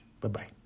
Bye-bye